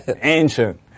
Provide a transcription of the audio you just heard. ancient